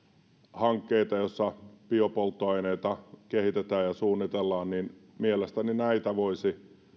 hankkeita joissa biopolttoaineita kehitetään ja suunnitellaan niin mielestäni näitä voisi